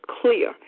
clear